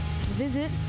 visit